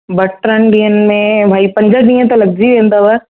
ॿ टिनि ॾींहंनि में भाई पंज ॾींहं त लॻजी वेंदव